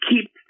keep